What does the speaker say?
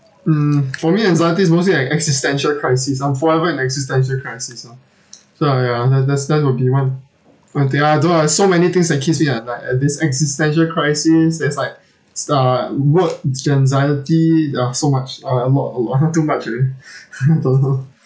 mm for me anxiety is mostly like existential crisis I'm forever on existential crisis ah so uh ya tha~ that's that would be one where there are though ah so many things that keeps me at night at this existential crisis there's like s~ uh work anxiety ya so much uh a lot a lot too much already don't know